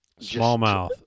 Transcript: smallmouth